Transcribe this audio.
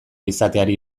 izateari